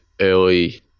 early